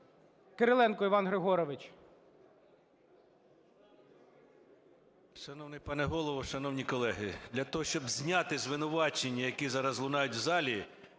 Кириленко Іван Григорович.